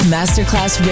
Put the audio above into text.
Masterclass